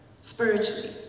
spiritually